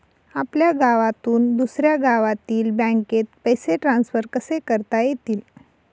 आपल्या गावातून दुसऱ्या गावातील बँकेत पैसे ट्रान्सफर कसे करता येतील?